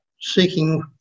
seeking